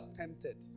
tempted